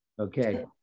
Okay